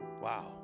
Wow